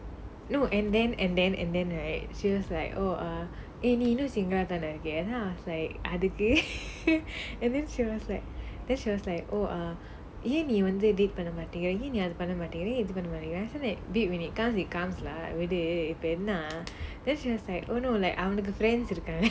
no and then and then and then right she was like !hey! நீ இன்னும்:nee innum single ah தான இருக்க:thaana irukka then I was like அதுக்கு:athukku and then she was like then she was like oh err ஏன் நீ வந்து:yaen nee vanthu date பண்ண மாட்டிங்கிற ஏன் நீ அது பண்ண மாட்டிங்கிற ஏன் இது பண்ண மாட்டிங்கிற:panna maatinggira yaen nee athu panna maatinggira yaen ithu panna maatinggira when it comes it comes lah விடு இப்போ என்ன:veedu ippo enna then she was like oh no அவனுக்கு:avanukku friends இருகாங்க:irukkaanga